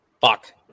Fuck